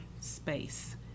space